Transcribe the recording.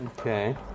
Okay